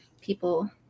people